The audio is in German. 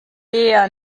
eher